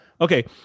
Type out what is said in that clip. Okay